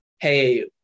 hey